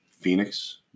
Phoenix